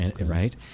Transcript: Right